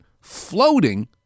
floating